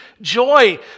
joy